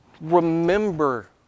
Remember